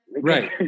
Right